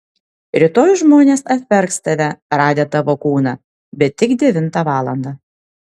rytoj žmonės apverks tave radę tavo kūną bet tik devintą valandą